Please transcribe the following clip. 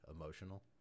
emotional